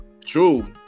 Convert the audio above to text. true